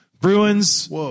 Bruins